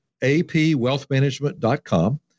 apwealthmanagement.com